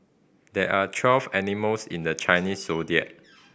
there are twelve animals in the Chinese Zodiac